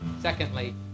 Secondly